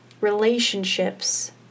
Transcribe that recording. relationships